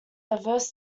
diverse